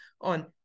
on